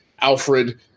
Alfred